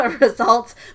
results